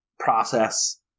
process